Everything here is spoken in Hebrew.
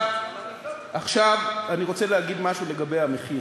עכשיו אני רוצה להגיד משהו לגבי המחיר,